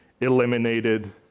eliminated